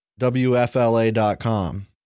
Wfla.com